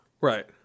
Right